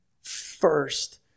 first